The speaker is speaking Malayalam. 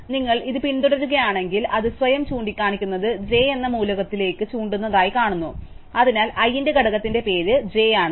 അതിനാൽ നിങ്ങൾ ഇത് പിന്തുടരുകയാണെങ്കിൽ അത് സ്വയം ചൂണ്ടിക്കാണിക്കുന്ന j എന്ന മൂലകത്തിലേക്ക് ചൂണ്ടുന്നതായി ഞങ്ങൾ കാണുന്നു അതിനാൽ i ന്റെ ഘടകത്തിന്റെ പേര് j ആണ്